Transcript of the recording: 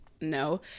No